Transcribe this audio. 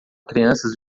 crianças